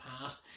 past